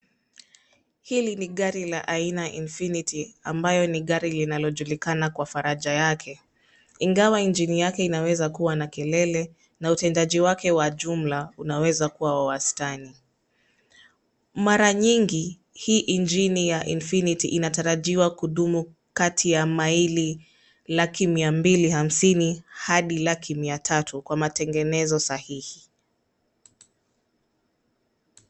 Hili ni gari la aina ya (cs)Infinity(cs), ambalo ni gari linalojulikana kwa faraja yake. Ingawa injini yake inaweza kuwa na kelele, na utendaji wake wa jumla unaweza kuwa wa wastani. Mara nyingi, hii injini ya (cs)Infinity(cs) inatarajiwa kudumu kati ya maili laki mia mbili hamsini hadi laki mia tatu kwa matengenezo sahihi.